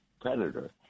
predator